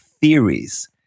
theories